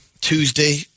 Tuesday